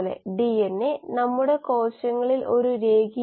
metabolic flux വിശകലനത്തിന്റെ തത്ത്വങ്ങൾ അടുത്തതായി നോക്കാം